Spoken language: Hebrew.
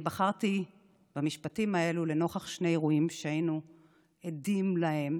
אני בחרתי במשפטים האלה לנוכח שני אירועים שהיינו עדים להם